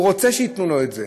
הוא רוצה שייתנו לו את זה,